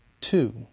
Two